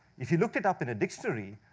if you looked it up in a dictionary,